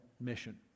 mission